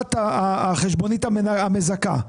הגשת החשבונית המזכה.